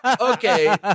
Okay